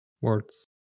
words